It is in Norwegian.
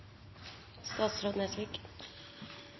statsråd